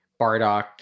Bardock